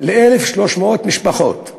ל-1,300 משפחות,